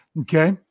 Okay